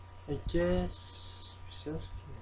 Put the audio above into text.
I guess saddest